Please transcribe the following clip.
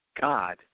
God